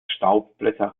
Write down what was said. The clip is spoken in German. staubblätter